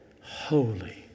holy